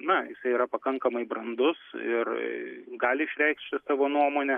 na jisai yra pakankamai brandus ir gali išreikšti savo nuomonę